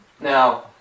Now